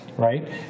Right